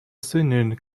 singing